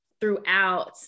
throughout